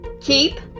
keep